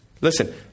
Listen